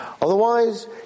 otherwise